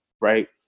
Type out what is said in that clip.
right